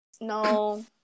No